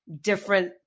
different